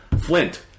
Flint